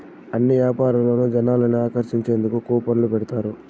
అన్ని యాపారాల్లోనూ జనాల్ని ఆకర్షించేందుకు కూపన్లు పెడతారు